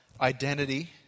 identity